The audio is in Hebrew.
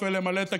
אלה מלמדים אותו